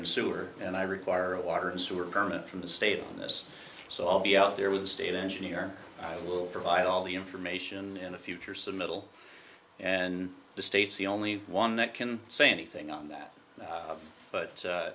and sewer and i require a water and sewer permit from the state on this so i'll be out there with the state engineer who will provide all the information in the future submittal and the states the only one that can say anything on that but